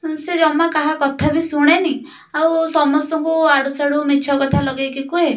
ସେ ଜମା କାହା କଥା ବି ଶୁଣେନି ଆଉ ସମସ୍ତଙ୍କୁ ଆଡ଼ୁସାଡ଼ୁ ମିଛ କଥା ଲଗେଇକି କୁହେ